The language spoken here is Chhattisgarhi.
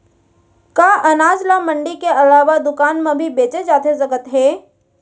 का अनाज ल मंडी के अलावा दुकान म भी बेचे जाथे सकत हे?